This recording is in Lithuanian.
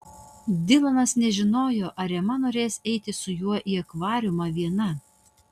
dilanas nežinojo ar ema norės eiti su juo į akvariumą viena